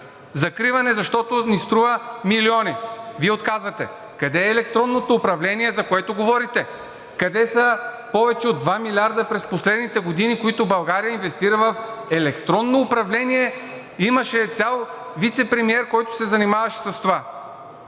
Закриване, защото ни струва милиони. Вие отказвате. Къде е електронното управление, за което говорите? Къде са повече от 2 милиарда през последните години, които България инвестира в електронно управление. Имаше цял вицепремиер, който се занимаваше с това.